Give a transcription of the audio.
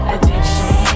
Addiction